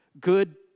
good